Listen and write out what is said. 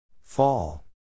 Fall